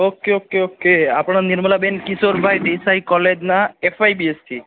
okay okay okay આપણા નિર્મલાબેન કિશોરભાઈ દેસાઈ કોલેજના F Y BSc